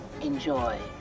enjoy